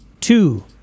Two